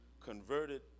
converted